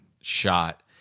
shot